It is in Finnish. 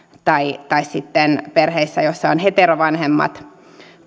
tai tai sitten perheissä joissa on heterovanhemmat